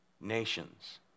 nations